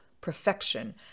perfection